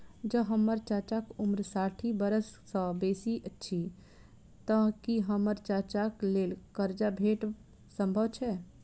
जँ हम्मर चाचाक उम्र साठि बरख सँ बेसी अछि तऽ की हम्मर चाचाक लेल करजा भेटब संभव छै?